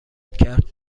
کرد